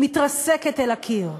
מתרסקים אל הקיר.